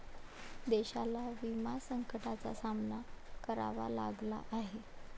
देशाला विमा संकटाचा सामना करावा लागला आहे